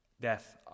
death